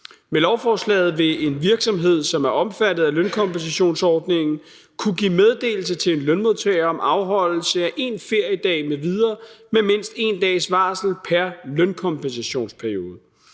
Med lovforslaget vil en virksomhed, som er omfattet af lønkompensationsordningen, kunne give meddelelse til en lønmodtager om afholdelse af 1 feriedag m.v. med mindst 1 dags varsel pr. lønkompensationsperiode.